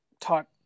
type